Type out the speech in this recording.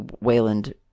Wayland